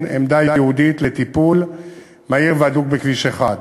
עמדה ייעודית לטיפול מהיר והדוק בכביש 1,